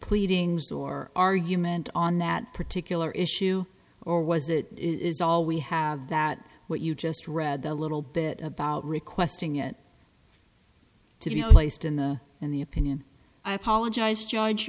pleadings or argument on that particular issue or was it is all we have that what you just read a little bit about requesting it to be placed in the in the opinion i apologize judge